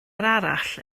arall